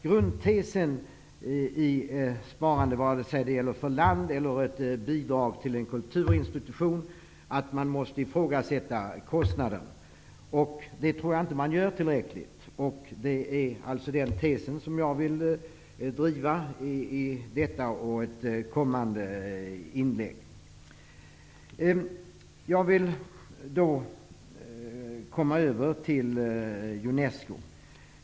Grundtesen i sparande, vare sig det gäller ett land eller ett bidrag till en kulturinstitution, är att man måste ifrågasätta kostnaden. Det tror jag inte att man gör tillräckligt. Det är alltså den tesen jag vill driva i detta och i ett kommande inlägg. Jag skall då gå över till frågan om Unesco.